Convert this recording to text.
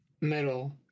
Middle